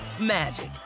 magic